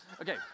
okay